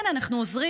כן, אנחנו עוזרים,